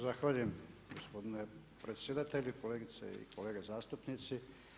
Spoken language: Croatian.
Zahvaljujem gospodine predsjedatelju, kolegice i kolege zastupnici.